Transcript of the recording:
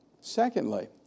Secondly